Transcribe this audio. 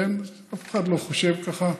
אף אחד לא חושב ככה,